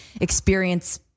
experience